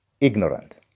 ignorant